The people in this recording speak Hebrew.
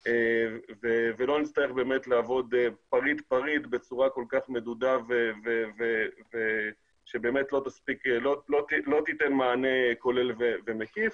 ולא נצטרך לעבוד פריט פריט בצורה כל כך מדודה שלא תיתן מענה כולל ומקיף.